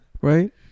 right